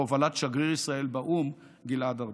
בהובלת שגריר ישראל באו"ם גלעד ארדן,